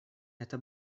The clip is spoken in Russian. это